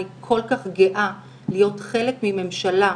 אני כל כך גאה להיות חלק מממשלה,